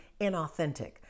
inauthentic